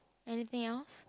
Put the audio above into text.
anything else